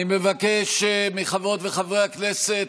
אני מבקש מחברות וחברי הכנסת,